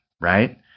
right